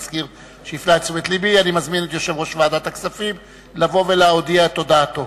אני מזמין את יושב-ראש ועדת הכספים לבוא ולהודיע את הודעתו.